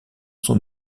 son